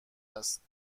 است